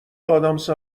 ادامس